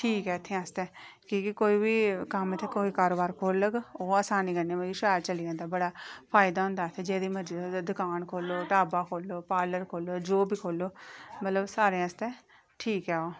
ठीक ऐ इत्थै आस्तै की के कोई बी कम्म इत्थै कोई कारोबार खोह्लग ओह् असानी कन्नै मतलब शैल चली जंदा बड़ा फायदा होंदा जेह्दी मर्जी दकान खोह्लो ढाबा खोह्लो पार्लर खोह्लो जो बी खोह्लो मतलब सारें आस्तै ठीक ऐ ओह्